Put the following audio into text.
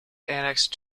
annexed